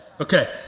Okay